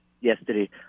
yesterday